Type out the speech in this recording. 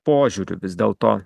požiūriu vis dėlto